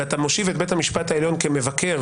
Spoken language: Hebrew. -- ואתה מושיב את בית המשפט העליון כמבקר